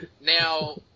Now